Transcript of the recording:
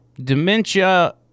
dementia